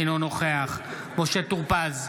אינו נוכח משה טור פז,